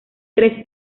tres